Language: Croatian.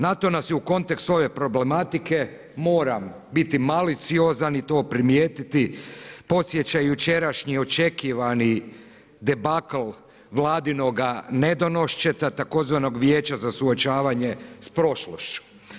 Na to nas je u kontekstu ove problematike, moram biti maliciozan i to primijetiti, podsjeća jučerašnji očekivani debakl vladinoga nedonoščeta tzv. Vijeća za suočavanje s prošlošću.